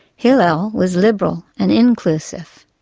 hillel was liberal and inclusive.